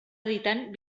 editant